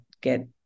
get